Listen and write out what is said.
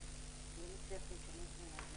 בבקשה.